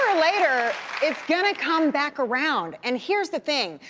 later it's going to come back around. and heres the thing,